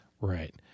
Right